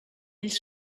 ells